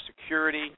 security